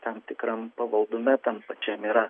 tam tikram pavaldume tam pačiam yra